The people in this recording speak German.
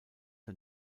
der